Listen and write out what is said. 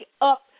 up